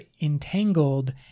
entangled